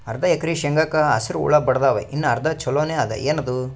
ಅರ್ಧ ಎಕರಿ ಶೇಂಗಾಕ ಹಸರ ಹುಳ ಬಡದಾವ, ಇನ್ನಾ ಅರ್ಧ ಛೊಲೋನೆ ಅದ, ಏನದು?